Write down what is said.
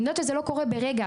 אני יודעת שזה לא קורה ברגע.